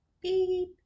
Beep